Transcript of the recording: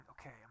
okay